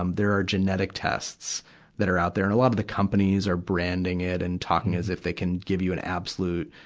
um there are genetics tests that are out there. and a lot of the companies are branding it and talking as if they can give you an absolute,